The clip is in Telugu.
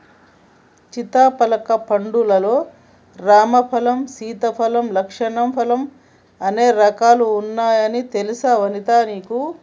చింతపలక పండ్లు లల్లో రామ ఫలం, సీతా ఫలం, లక్ష్మణ ఫలం అనే రకాలు వున్నాయి తెలుసా వనితా నీకు